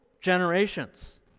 generations